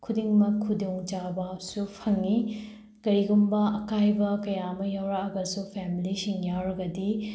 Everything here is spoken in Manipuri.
ꯈꯨꯗꯤꯡꯃꯛ ꯈꯨꯗꯣꯡ ꯆꯥꯕꯁꯨ ꯐꯪꯏ ꯀꯔꯤꯒꯨꯝꯕ ꯑꯀꯥꯏꯕ ꯀꯌꯥ ꯑꯃ ꯌꯥꯎꯔꯛꯑꯒꯁꯨ ꯐꯦꯝꯂꯤꯁꯤꯡ ꯌꯥꯎꯔꯒꯗꯤ